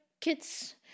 kids